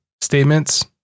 statements